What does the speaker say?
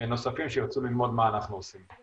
נוספים שירצו ללמוד מה אנחנו עושים.